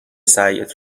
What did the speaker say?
سعیت